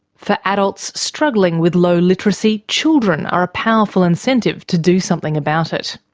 for adults struggling with low literacy, children are a powerful incentive to do something about it.